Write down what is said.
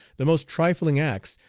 the most trifling acts,